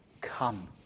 come